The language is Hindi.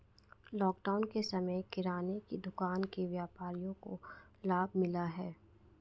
लॉकडाउन के समय में किराने की दुकान के व्यापारियों को लाभ मिला है